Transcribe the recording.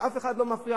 שאף אחד לא מפריע,